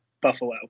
Buffalo